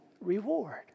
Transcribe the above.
reward